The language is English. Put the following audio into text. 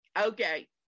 Okay